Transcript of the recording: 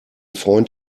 freund